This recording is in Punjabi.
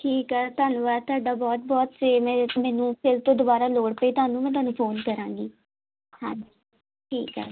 ਠੀਕ ਹੈ ਧੰਨਵਾਦ ਤੁਹਾਡਾ ਬਹੁਤ ਬਹੁਤ ਜੇ ਮੈਨੂੰ ਫਿਰ ਤੋਂ ਦੁਬਾਰਾ ਲੋੜ ਪਈ ਤੁਹਾਨੂੰ ਮੈਂ ਤੁਹਾਨੂੰ ਫੋਨ ਕਰਾਂਗੀ ਹਾਂਜੀ ਠੀਕ ਆ